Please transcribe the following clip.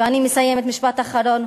ואני מסיימת במשפט אחרון,